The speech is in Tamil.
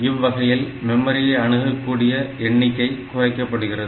இவ்வகையில் மெமரியை அணுகக்கூடிய எண்ணிக்கை குறைக்கப்படுகிறது